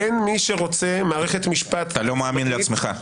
אין מי שרוצה מערכת משפט --- אתה לא מאמין לעצמך.